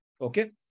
Okay